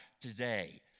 today